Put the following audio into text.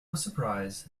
surprise